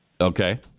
Okay